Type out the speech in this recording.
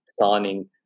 signing